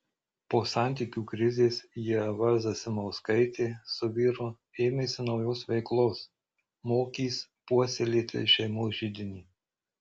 po santykių krizės ieva zasimauskaitė su vyru ėmėsi naujos veiklos mokys puoselėti šeimos židinį